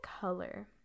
color